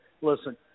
listen